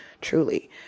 truly